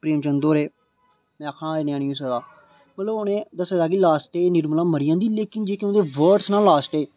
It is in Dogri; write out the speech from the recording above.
प्रेम चंद होरे में आखना इयां नेईं होई सकदा मतलब उ'नें दस्से दा ऐ कि जेहकी निर्मला मरी जंदी लेकिन ओहदे जेहड़े वर्डस ना लास्ट जेही